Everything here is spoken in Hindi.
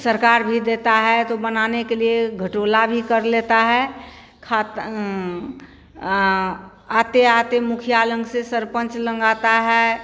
सरकार भी देती है तो बनाने के लिए घटोला भी कर लेता है खात आते आते मुखिया लोग से सरपंच लोग आता है